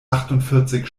achtundvierzig